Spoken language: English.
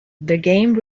game